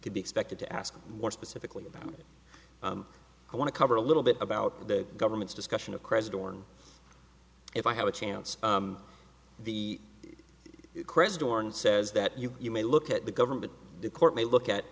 could be expected to ask more specifically about i want to cover a little bit about the government's discussion of credit or and if i have a chance the chris dorn says that you you may look at the government the court may look at